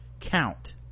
count